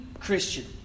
Christian